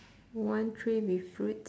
one tree with fruit~